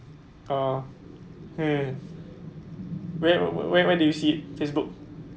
ah where where where did you see facebook